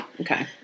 okay